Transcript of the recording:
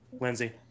Lindsay